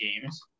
games